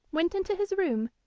went into his room,